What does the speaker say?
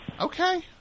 Okay